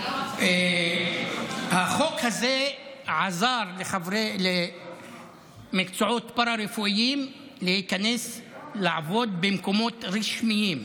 החוק הזה עזר לבעלי מקצועות פארה-רפואיים להיכנס לעבוד במקומות רשמיים,